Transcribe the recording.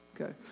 okay